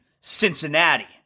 Cincinnati